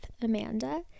Amanda